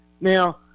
now